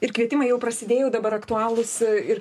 ir kvietimai jau prasidėjo dabar aktualūs ir